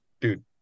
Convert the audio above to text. Dude